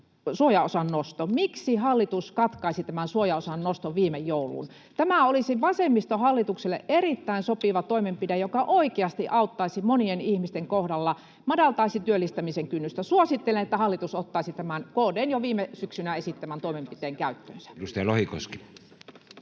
Miksi hallitus katkaisi tämän suojaosan noston viime jouluun? Tämä olisi vasemmistohallitukselle erittäin sopiva toimenpide, joka oikeasti auttaisi monien ihmisten kohdalla, madaltaisi työllistämisen kynnystä. Suosittelen, että hallitus ottaisi tämän KD:n jo viime syksynä esittämän toimenpiteen käyttöönsä.